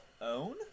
own